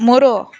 ಮೂರು